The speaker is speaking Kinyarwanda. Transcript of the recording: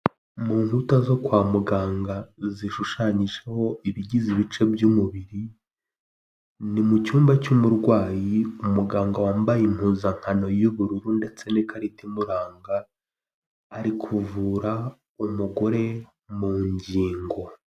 Mu nkuta zo kwa muganga zishushanyijeho ibigize ibice by'umubiri, ni mu cyumba cy'umurwayi, umuganga wambaye impuzankano y'ubururu ndetse n'ikarita, imuranga ari kuvura umugore mu ngingo.